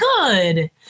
good